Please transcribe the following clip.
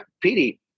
Petey